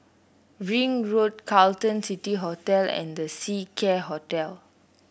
Ring Road Carlton City Hotel and The Seacare Hotel